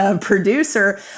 producer